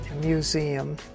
museum